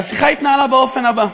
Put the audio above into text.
והשיחה התנהלה באופן הבא: